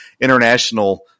international